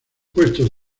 puestos